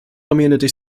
community